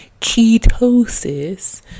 ketosis